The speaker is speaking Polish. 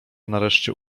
nareszcie